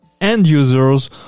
end-users